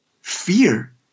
fear